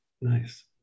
Nice